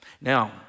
Now